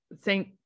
thank